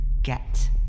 Get